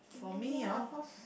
imagine ah of course